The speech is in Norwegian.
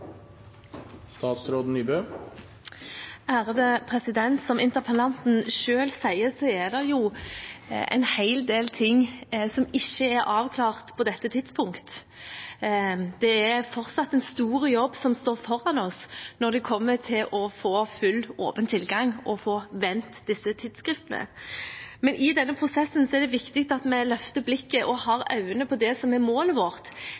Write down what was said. det en hel del ting som ikke er avklart på dette tidspunktet. Det er fortsatt en stor jobb som står foran oss når det gjelder å få full åpen tilgang og få vendt disse tidsskriftene. Men i denne prosessen er det viktig at vi løfter blikket og retter øynene mot det som er målet vårt,